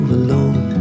alone